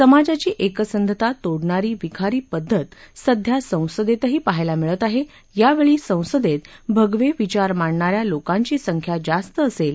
समाजाची एकसंघता तोडणारी विखारी पद्धत सध्या संसदेतही पाहायला मिळत आहे यावेळी संसदेत भगवे विचार मांडणाऱ्या लोकांची संख्या जास्त असेल